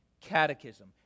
catechism